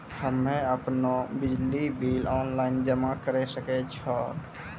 हम्मे आपनौ बिजली बिल ऑनलाइन जमा करै सकै छौ?